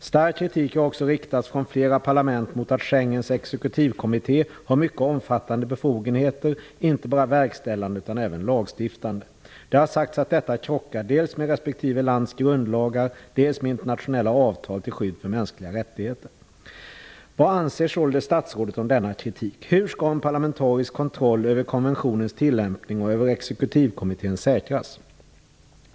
Stark kritik har också riktats från flera parlament mot att Schengens exekutivkommitté har mycket omfattande befogenheter, inte bara verkställande utan även lagstiftande. Det har sagts att detta krockar dels med respektive lands grundlagar, dels med internationella avtal till skydd för mänskliga rättigheter. Vad anser således statsrådet om denna kritik? Hur skall en parlamentarisk kontroll över konventionens tillämpning och över exekutivkommittén säkras?